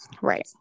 Right